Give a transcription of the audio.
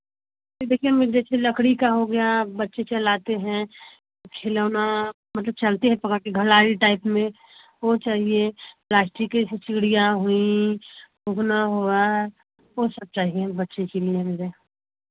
देखिए मुझे लकड़ी का हो गया बच्चे चलाते हैं खिलौना मतलब चलते हैं टाइप में वह चाहिए प्लास्टिक की चूड़ियाँ हुई गुना हुआ वह सब चाहिए बच्चों के लिए